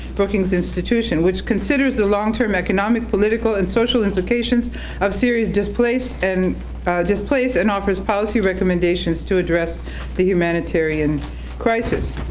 bookings institution, which considers the long-term economic, political, and social implications of serious displaced and displaced and offers policy recommendations to address the humanitarian crisis.